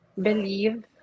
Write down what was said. believe